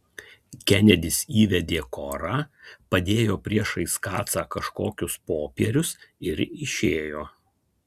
kenedis įvedė korą padėjo priešais kacą kažkokius popierius ir išėjo